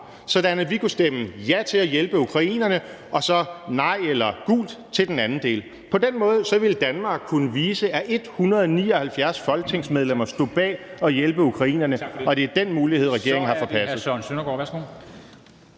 sådan at vi kunne stemme ja til at hjælpe ukrainerne og så nej eller gult til den anden del. På den måde ville Danmark kunne vise, at 179 folketingsmedlemmer stod bag at hjælpe ukrainerne, og det er den mulighed, regeringen har forpasset.